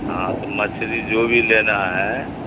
ہاں تو مچھلی جو بھی لینا ہے